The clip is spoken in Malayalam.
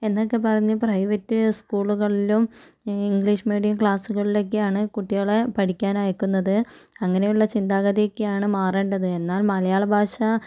എന്നൊക്കെ പറഞ്ഞ് പ്രൈവറ്റ് സ്കൂളുകളിലും ഇംഗ്ലീഷ് മീഡിയം ക്ലാസ്സുകളിലൊക്കെയാണ് കുട്ടികളെ പഠിക്കാൻ അയക്കുന്നത് അങ്ങനെയുള്ള ചിന്താഗതിയൊക്കെയാണ് മാറേണ്ടത് എന്നാൽ മലയാള ഭാഷ